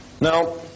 Now